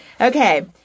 Okay